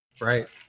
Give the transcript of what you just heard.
Right